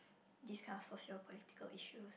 this kind of social political issues